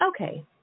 Okay